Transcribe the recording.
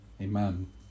Amen